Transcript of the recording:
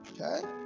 Okay